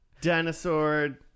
dinosaur